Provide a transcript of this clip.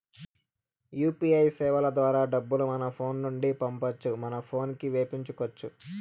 UPI సేవల ద్వారా డబ్బులు మన ఫోను నుండి పంపొచ్చు మన పోనుకి వేపించుకొచ్చు